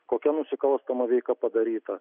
kokia nusikalstama veika padaryta